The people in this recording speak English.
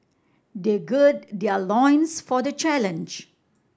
they gird their loins for the challenge